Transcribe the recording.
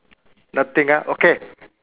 nothing ah okay